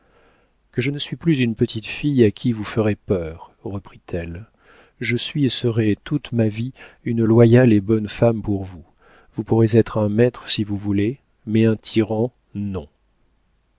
que je ne suis plus une petite fille à qui vous ferez peur reprit-elle je suis et serai toute ma vie une loyale et bonne femme pour vous vous pourrez être un maître si vous voulez mais un tyran non